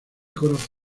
corazón